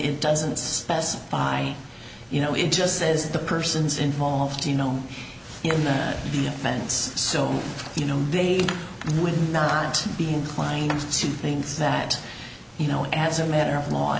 it doesn't specify you know it just says the person's involved you know in that the offense so you know they would not be inclined to think that you know as a matter of law